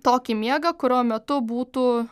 tokį miegą kurio metu būtų